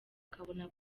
ukabona